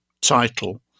title